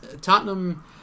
Tottenham